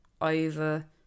over